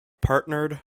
partnered